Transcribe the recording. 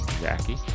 Jackie